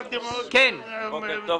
בוקר טוב.